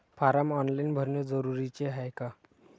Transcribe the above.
Form online भरने जरुरीचे हाय का?